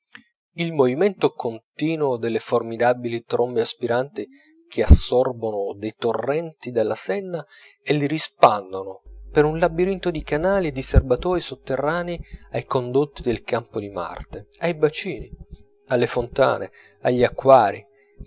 il movimento continuo delle formidabili trombe aspiranti che assorbono dei torrenti dalla senna e li rispandono per un labirinto di canali e di serbatoi sotterranei ai condotti del campo di marte ai bacini alle fontane agli acquarii